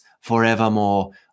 forevermore